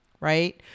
right